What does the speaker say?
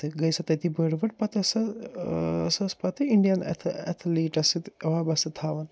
تہٕ گٔے سۄ تٔتی بٔڑ بٔڑ پتہٕ ٲسۍ سۄ سٔہ ٲسۍ پتہٕ اِنٛڈِیَن اتھٕ اتھلیٖٹَس سۭتۍ وابسطہٕ تھاوان